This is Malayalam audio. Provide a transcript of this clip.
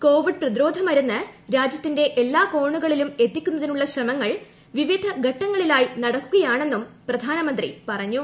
കോവിഡ് പ്രതിരോധ മരുന്ന് രാജ്യത്തിന്റെ എല്ലാ കോണുകളിലും എത്തിക്കുന്നതിനുള്ള ശ്രമങ്ങൾ വിവിധ ഘട്ടങ്ങളിലായി നടക്കുകയാണെന്നും പ്രധാനമന്ത്രി പറഞ്ഞു